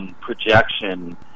projection